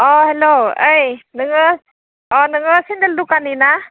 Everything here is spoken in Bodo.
अह हेलौ ओइ नोङो अह नोङो सिन्देल दखानि ना